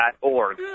.org